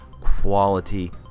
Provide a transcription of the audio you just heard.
quality